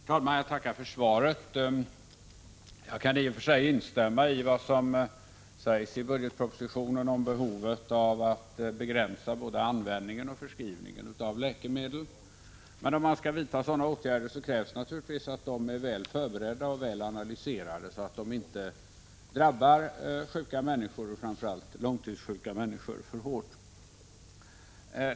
Herr talman! Jag tackar för svaret. Jag kan i och för sig instämma i vad som sägs i budgetpropositionen om behovet av att begränsa både användningen och förskrivningen av läkemedel. Men om man skall vidta sådana åtgärder krävs naturligtvis att de är väl förberedda och väl analyserade, så att de inte drabbar sjuka människor för hårt, framför allt inte långtidssjuka.